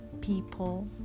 people